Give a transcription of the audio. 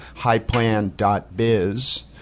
highplan.biz